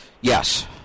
Yes